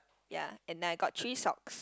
ya and I got three socks